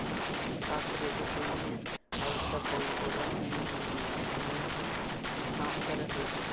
का credit union आउ सब बैंकबन नियन ही काम कर हई?